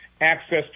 access